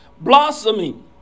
Blossoming